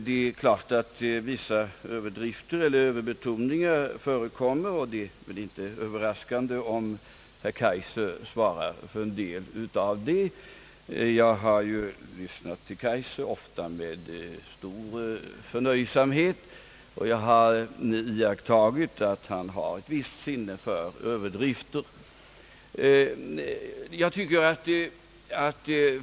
Det är klart att vissa överdrifter eller överbetoningar förekommer, och det är väl inte överraskande om herr Kaijser svarar för en del av dem, Jag har ofta med stor förnöjsamhet lyssnat till herr Kaijser och iakttagit att han har ett visst sinne för överdrifter.